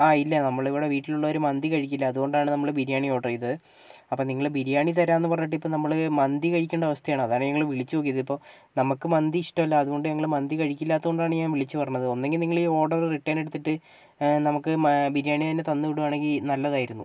ആ ഇല്ല നമ്മളിവിടെ വീട്ടിലുള്ളവർ മന്തി കഴിക്കില്ല അതുകൊണ്ടാണ് നമ്മൾ ബിരിയാണി ഓർഡർ ചെയ്തത് അപ്പം നിങ്ങൾ ബിരിയാണി തരാന്നു പറഞ്ഞിട്ട് ഇപ്പം നമ്മൾ മന്തി കഴിക്കേണ്ട അവസ്ഥയാണ് അതാണ് ഞങ്ങൾ വിളിച്ചുനോക്കിയത് ഇപ്പം നമുക്ക് മന്തി ഇഷ്ടമല്ല അതുകൊണ്ട് ഞങ്ങൾ മന്തി കഴിക്കില്ലാത്തോണ്ടാണ് ഞാൻ വിളിച്ചുപറഞ്ഞത് ഒന്നെങ്കിൽ നിങ്ങളീ ഓർഡർ റിട്ടേൺ എടുത്തിട്ട് നമുക്ക് ബിരിയാണി തന്നെ തന്നുവിടുവാണെങ്കിൽ നല്ലതായിരുന്നു